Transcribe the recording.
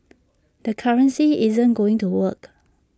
the currency isn't going to work